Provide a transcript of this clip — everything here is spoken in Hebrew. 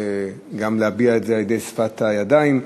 גם להביע את זה על-ידי שפת הידיים.